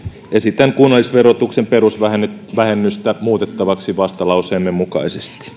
esitän kunnallisverotuksen perusvähennystä muutettavaksi vastalauseemme mukaisesti